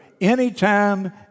anytime